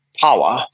Power